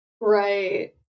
Right